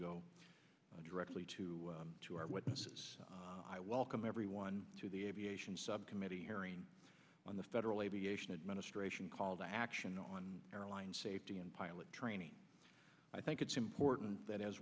go directly to to our witnesses i welcome everyone to the aviation subcommittee hearing on the federal aviation administration called action on airline safety and pilot training i think it's important that as